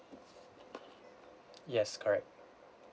yes correct